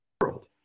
world